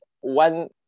one